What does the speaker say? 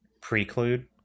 Preclude